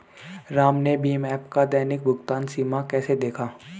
राम ने भीम ऐप का दैनिक भुगतान सीमा कैसे देखा?